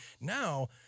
now